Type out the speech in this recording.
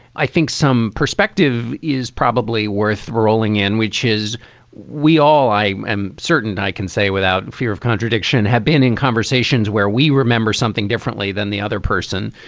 i think some perspective is probably worth rolling in, which is we all i am certain i can say without fear of contradiction had been in conversations where we remember something differently than the other person.